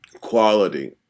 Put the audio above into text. quality